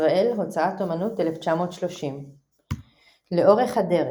ישראל הוצאת אומנות, 1930. לאורך הדרך,